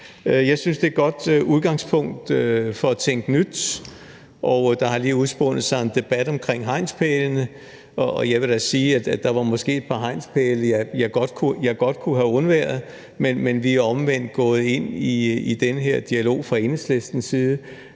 Jeg synes, det er et godt udgangspunkt for at tænke nyt. Der har lige udspundet sig en debat om hegnspælene, og jeg vil da sige, at der måske var et par hegnspæle, jeg godt kunne have undværet, men vi er omvendt fra Enhedslistens side